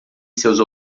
seus